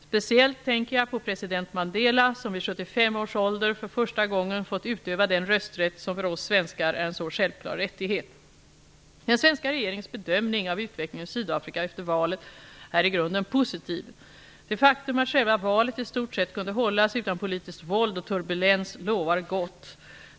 Speciellt tänker jag på president Mandela som vid 75 års ålder för första gången fått utöva den rösträtt som för oss svenskar är en så självklar rättighet. Den svenska regeringens bedömning av utvecklingen i Sydafrika efter valet är i grunden positiv. Det faktum att själva valet i stort sett kunde hållas utan politiskt våld och turbulens lovar gott.